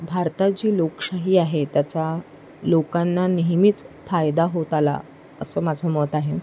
भारताची लोकशाही आहे त्याचा लोकांना नेहमीच फायदा होत आला असं माझं मत आहे